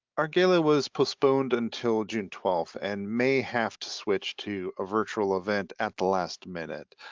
our gala was postponed until june twelfth and may have to switch to a virtual event at the last minute.